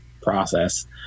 process